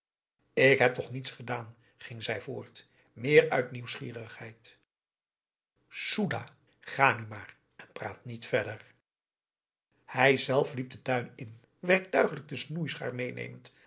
ik heb toch niets gedaan ging zij voort meer uit nieuwsgierigheid soedah ga nu maar en praat niet verder aum boe akar eel ijzelf liep den tuin in werktuiglijk de snoeischaar meenemend